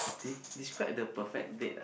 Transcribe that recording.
de~ describe the perfect date ah